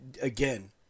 again